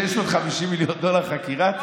650 מיליון דולר חקירה?